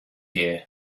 gear